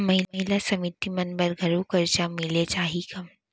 महिला समिति मन बर घलो करजा मिले जाही का?